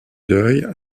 deuil